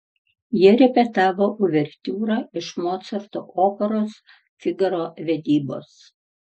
jie repetavo uvertiūrą iš mocarto operos figaro vedybos